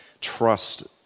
trust